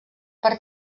per